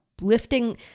lifting